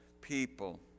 people